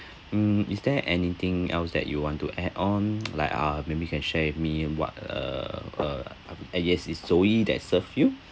mm is there anything else that you want to add on like uh maybe you can share with me what uh uh uh yes is zoe that served you